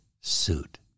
suit